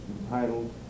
entitled